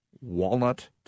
walnut